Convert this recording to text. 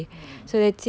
mm